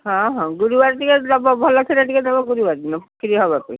ହଁ ହଁ ଗୁରୁବାର ଟିକେ ଦେବ ଭଲ କ୍ଷୀର ଟିକେ ଦେବ ଗୁରୁବାର ଦିନ ଖିରି ହେବାପାଇଁ